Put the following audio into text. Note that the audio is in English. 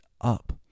up